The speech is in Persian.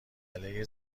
علیه